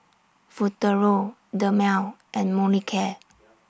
Futuro Dermale and Molicare